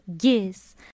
Yes